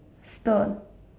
stone